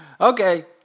Okay